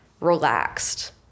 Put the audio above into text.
relaxed